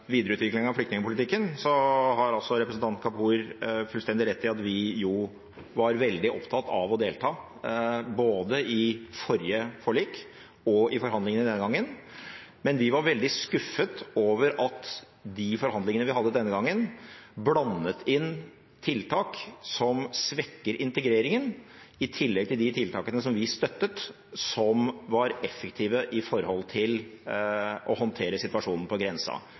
videreutvikling av flyktningpolitikken, har representanten Kapur fullstendig rett i at vi var veldig opptatt av å delta, både i forrige forlik og i forhandlingene denne gangen, men vi var veldig skuffet over at man i de forhandlingene vi hadde denne gangen, blandet inn tiltak som svekker integreringen, i tillegg til de tiltakene som vi støttet, som var effektive når det gjaldt å håndtere situasjonen på grensa.